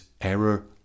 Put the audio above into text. error